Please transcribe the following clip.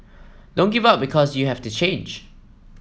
don't give up because you have to change